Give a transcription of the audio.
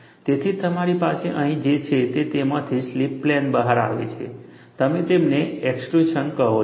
તેથી તમારી પાસે અહીં જે છે તે તેમાંથી સ્લિપ પ્લેન બહાર આવે છે તમે તેમને એક્સટ્રુઝન કહો છો